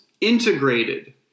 integrated